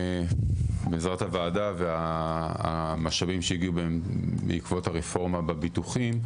בעזרת הוועדה והמשאבים שהגיעו בעקבות הרפורמה בביטוחים,